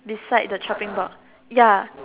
beside the chopping board ya